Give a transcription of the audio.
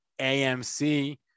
AMC